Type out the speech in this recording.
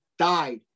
died